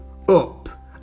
Up